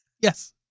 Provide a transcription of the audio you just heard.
Yes